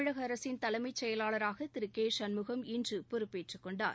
தமிழக அரசின் தலைமைச் செயலாளராக திரு கே சண்முகம் இன்று பொறுப்பேற்றுக் கொண்டார்